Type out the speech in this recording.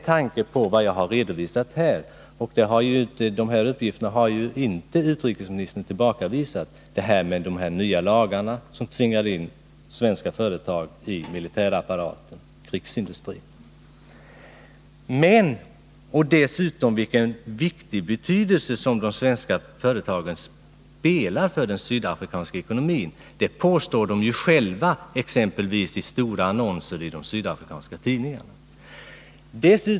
Utrikesministern har inte tillbakavisat uppgifterna om de nya lagarna som tvingade in svenska företag i militärapparaten och krigsindustrin. Dessutom spelar de svenska företagen en viktig roll för den sydafrikanska ekonomin. Det påstår de ju själva, exempelvis i stora annonser i de sydafrikanska tidningarna.